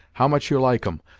how much you like em,